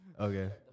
Okay